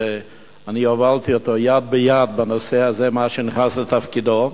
שאני הובלתי אותו יד ביד בנושא הזה מאז נכנס לתפקידו,